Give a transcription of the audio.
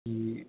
ഈ